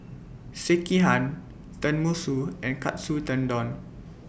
Sekihan Tenmusu and Katsu Tendon